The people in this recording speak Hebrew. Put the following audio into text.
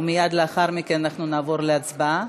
מייד לאחר מכן נעבור להצבעה.